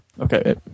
Okay